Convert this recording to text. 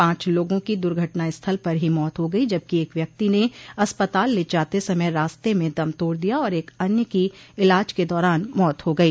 पांच लोगों की दुर्घटना स्थल पर ही मौत हो गई जबकि एक व्यक्ति ने अस्पताल ले जाते समय रास्ते में दम तोड़ दिया और एक अन्य की इलाज के दौरान मौत हो गई